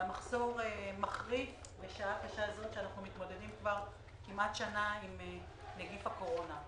המחסור מחריף בשעה שאנחנו מתמודדים כמעט שנה עם נגיף הקורונה.